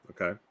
Okay